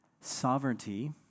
sovereignty